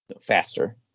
Faster